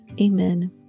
Amen